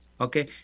okay